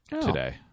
today